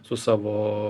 su savo